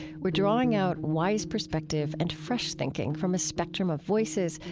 we're drawing out wise prospective and fresh thinking from a spectrum of voices,